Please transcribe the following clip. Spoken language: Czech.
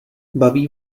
baví